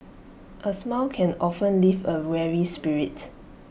A smile can often lift A weary spirit